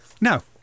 Now